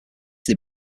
they